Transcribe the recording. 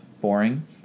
boring